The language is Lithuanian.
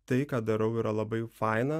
tai ką darau yra labai faina